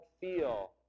feel